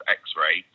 x-ray